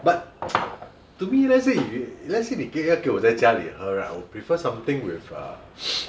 but to me let's say let's say 你给给我在家里喝 right prefer something with err